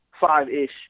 five-ish